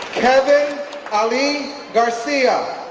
kevin ali garcia,